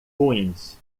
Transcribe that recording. ruins